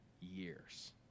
years